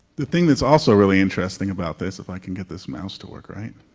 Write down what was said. the thing that's also really interesting about this if i can get this mouse to work right.